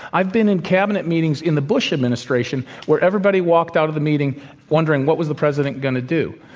i've been in cabinet meetings in the bush administration where everybody walked out of the meeting wondering what was the president going to do.